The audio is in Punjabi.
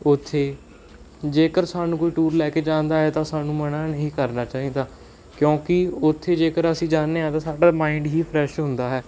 ਉੱਥੇ ਜੇਕਰ ਸਾਨੂੰ ਕੋਈ ਟੂਰ ਲੈ ਕੇ ਜਾਂਦਾ ਹੈ ਤਾਂ ਸਾਨੂੰ ਮਨ੍ਹਾ ਨਹੀਂ ਕਰਨਾ ਚਾਹੀਦਾ ਕਿਉਂਕਿ ਉੱਥੇ ਜੇਕਰ ਅਸੀਂ ਜਾਨੇ ਹਾਂ ਤਾਂ ਸਾਡਾ ਮਾਇੰਡ ਹੀ ਫਰੈਸ਼ ਹੁੰਦਾ ਹੈ